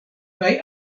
kaj